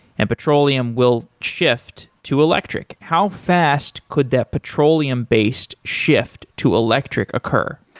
and petroleum will shift to electric. how fast could that petroleum-based shift to electric occur?